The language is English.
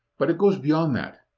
but it goes beyond that.